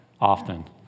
often